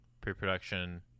pre-production